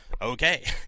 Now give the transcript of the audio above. Okay